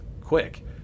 quick